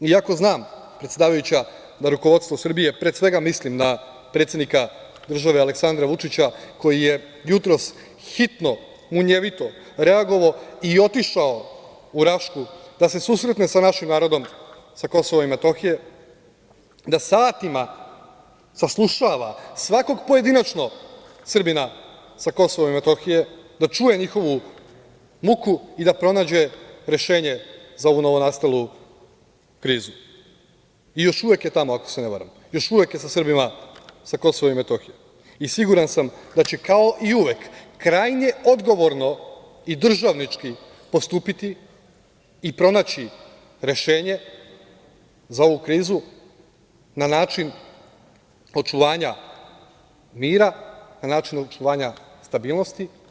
I, ako znam, predsedavajuća, da rukovodstvo Srbije, pre svega mislim na predsednika države Aleksandra Vučića, koji je jutros hitno, munjevito reagovao i otišao u Rašku da se susretne sa našim narodom sa KiM, da satima saslušava svakog pojedinačno Srbina sa KiM, da čuje njihovu muku i da pronađe rešenje za ovu novonastalu krizu, i još uvek je tamo, ako se ne varam, još uvek je sa Srbima sa KiM i siguran sam da će kao i uvek krajnje odgovorno i državnički postupiti i pronaći rešenje za ovu krizu na način očuvanja mira, na način očuvanja stabilnosti.